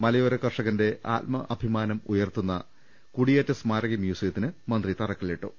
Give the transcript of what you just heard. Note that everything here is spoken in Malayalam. മലയോര കർഷകന്റെ ആത്മാഭിമാനമു ണർത്തുന്ന കുടിയേറ്റ സ്മാരക മ്യൂസിയത്തിന് മന്ത്രി തറക്കല്ലിട്ടു